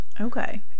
Okay